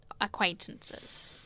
acquaintances